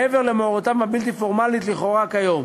מעבר למעורבותו הבלתי-פורמלית לכאורה כיום.